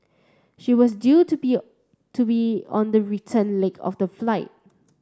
she was due to be to be on the return leg of the flight